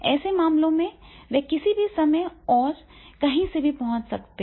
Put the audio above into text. ऐसे मामलों में वे किसी भी समय और कहीं से भी पहुंच सकते हैं